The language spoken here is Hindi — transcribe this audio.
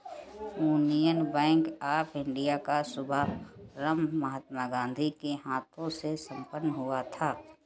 यूनियन बैंक ऑफ इंडिया का शुभारंभ महात्मा गांधी के हाथों से संपन्न हुआ था